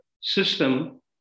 system